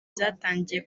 zatangiye